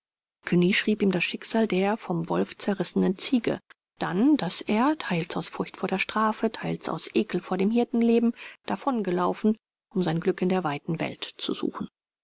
cugny schrieb ihm das schicksal der vom wolf zerrissenen ziege dann daß er teils aus furcht vor der strafe teils aus ekel vor dem hirtenleben davongelaufen um sein glück in der weiten welt zu suchen